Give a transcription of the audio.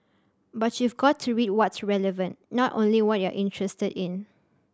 but you've got to read what's relevant not only what you're interested in